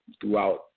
throughout